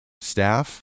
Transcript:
staff